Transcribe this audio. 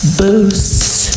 boost